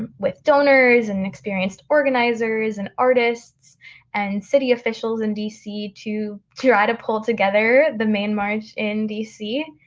um with donors and experienced organizers and artists and city officials in dc to to try to pull together the main march in dc.